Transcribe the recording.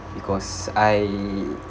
because I